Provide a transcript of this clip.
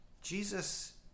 Jesus